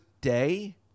Day